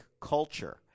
culture